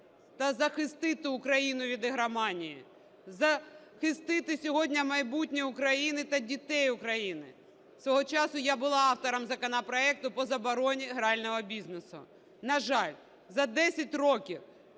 та захистити Україну від ігроманії, захистити сьогодні майбутнє України та дітей України. Свого часу я була автором законопроекту по забороні грального бізнесу. На жаль, за 10 років